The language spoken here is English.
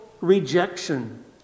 rejection